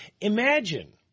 Imagine